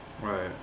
Right